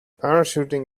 parachuting